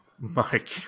Mike